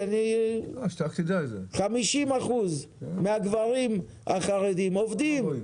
50% מהגברים החרדים עובדים.